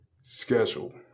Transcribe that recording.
schedule